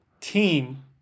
team